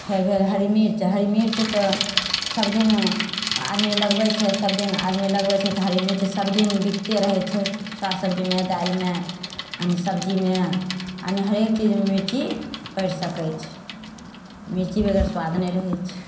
फेर भेल हरी मिर्च हरी मिर्च तऽ सबदिन आदमी लगबैत छै सबदिन आदमी लगबैत छै तऽ हरी मिर्च सबदिन बिकते रहैत छै साग सब्जीमे दालिमे आनि सबजीमे आनि हरेक चीजमे मिर्ची पड़ि सकैत छै मिर्ची बगैर स्वाद नहि रहैत छै